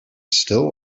still